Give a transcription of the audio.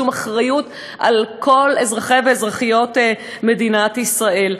שום אחריות לכל אזרחי ואזרחיות מדינת ישראל.